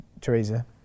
Theresa